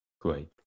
Great